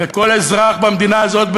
וכל אזרח במדינה הזאת,